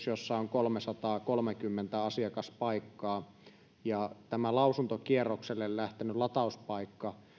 jossa on kolmesataakolmekymmentä asiakaspaikkaa tämä lausuntokierrokselle lähtenyt latauspaikka